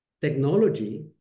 technology